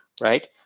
right